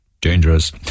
dangerous